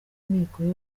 amikoro